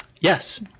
Yes